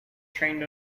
trained